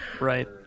Right